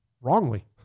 wrongly